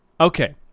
Okay